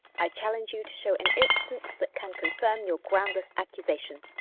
i challenge you to show an instance that can confirm your groundless accusation.